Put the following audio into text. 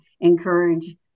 encourage